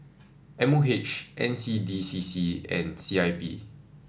M O H N C D C C and C I P